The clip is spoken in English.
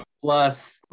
plus